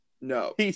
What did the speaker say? no